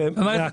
זאת אומרת,